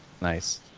Nice